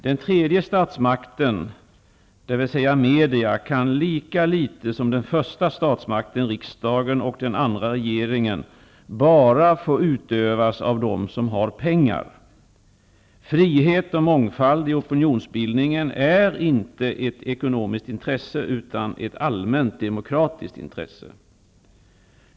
Den tredje statsmakten, dvs. media, kan lika litet som den första statsmakten, riksdagen, och den andra, regeringen, bara få utövas av dem som har pengar. Frihet och mångfald i opinionsbildningen är inte ett ekonomiskt intresse utan ett allmänt, demokratiskt intresse.